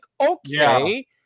okay